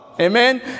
amen